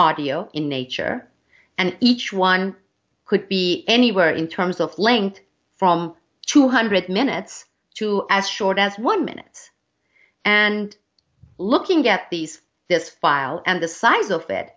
audio in nature and each one could be anywhere in terms of length from two hundred minutes to as short as one minute and looking at these this file and the size of it